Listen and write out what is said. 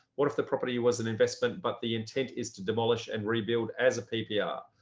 what if the property was an investment but the intent is to demolish and rebuild as a ppr?